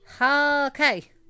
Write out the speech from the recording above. Okay